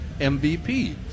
MVP